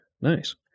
Nice